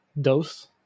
Dose